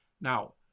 Now